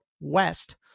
West